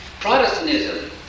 Protestantism